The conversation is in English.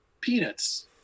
peanuts